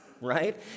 right